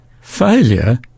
Failure